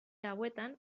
hauetan